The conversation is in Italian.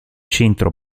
centro